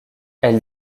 elle